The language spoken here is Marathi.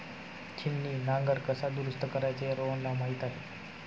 छिन्नी नांगर कसा दुरुस्त करायचा हे रोहनला माहीत आहे